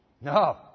No